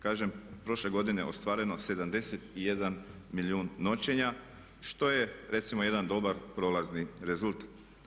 Kažem prošle godine ostvareno 71 milijun noćenja što je recimo jedan dobar prolazni rezultat.